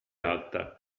alta